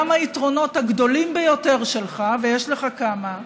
גם היתרונות הגדולים ביותר שלך, ויש לך כמה,